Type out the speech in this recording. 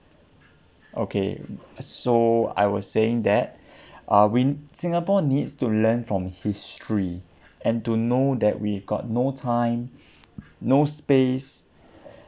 okay so I was saying that uh win~ singapore needs to learn from history and to know that we've got no time no space